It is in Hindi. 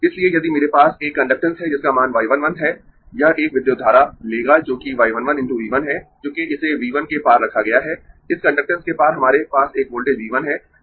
इसलिए यदि मेरे पास एक कंडक्टेन्स है जिसका मान y 1 1 है यह एक विद्युत धारा लेगा जो कि y 1 1 × V 1 है क्योंकि इसे V 1 के पार रखा गया है इस कंडक्टेन्स के पार हमारे पास एक वोल्टेज V 1 है